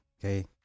Okay